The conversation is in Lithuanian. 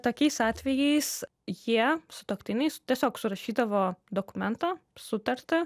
tokiais atvejais jie sutuoktiniai tiesiog surašydavo dokumentą sutartį